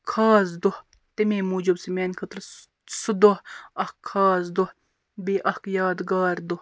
خاص دۄہ تَمَے موٗجوٗب چھُ سُہ میٛانہِ خٲطرٕ سُہ دۄہ اکھ خاص دۄہ بیٚیہِ اکھ یادگار دۄہ